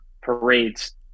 parades